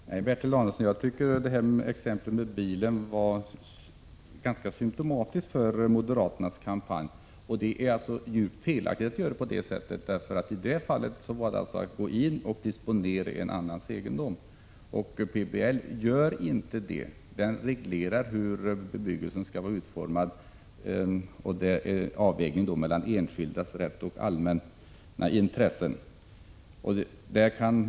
Fru talman! Nej, Bertil Danielsson, jag tycker exemplet med bilen var ganska symptomatiskt för moderaternas kampanj. Det är alltså djupt felaktigt att göra på det sättet. I exemplet gällde det att disponera en annans egendom, men PBL gör inte det. Den reglerar hur bebyggelsen skall vara utformad. Det är en avvägning mellan den enskildes rätt och allmänna intressen.